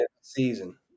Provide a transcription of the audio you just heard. season